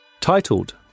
Titled